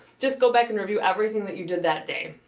just go back and review everything that you did that day.